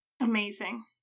Amazing